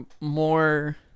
more